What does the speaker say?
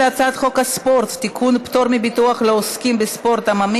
להגדלת שיעור ההשתתפות בכוח העבודה ולצמצום פערים חברתיים (מענק עבודה)